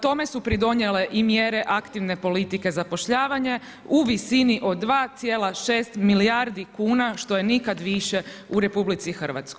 Tome su pridonijele i mjere aktivne politike zapošljavanja u visini od 2,6 milijardi kuna, što je nikad više u RH.